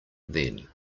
then